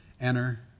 Enter